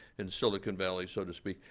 in silicon valley, so to speak,